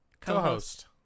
co-host